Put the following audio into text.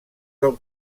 del